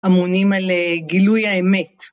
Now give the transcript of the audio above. אמונים על גילוי האמת.